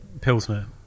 Pilsner